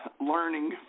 learning